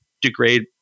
degrade